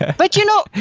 but you know,